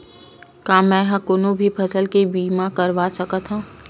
का मै ह कोनो भी फसल के बीमा करवा सकत हव?